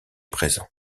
présent